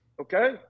Okay